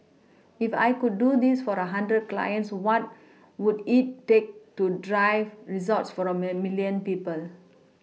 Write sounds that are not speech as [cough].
[noise] if I could do this for a hundred clients what would it take to drive results for a [unintelligible] milLion people